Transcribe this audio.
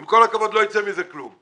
עם כל הכבוד לא יצא מזה כלום.